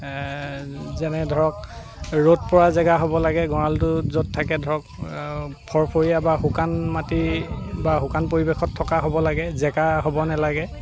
যেনে ধৰক ৰ'দ পৰা জেগা হ'ব লাগে গঁৰালটো য'ত থাকে ধৰক ফৰফৰীয়া বা শুকান মাটি বা শুকান পৰিৱেশত থকা হ'ব লাগে জেকা হ'ব নালাগে